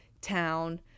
town